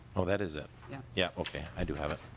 that is it yeah yeah okay i do have it.